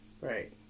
right